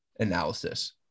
analysis